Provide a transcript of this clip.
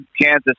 Kansas